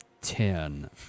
ten